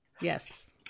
Yes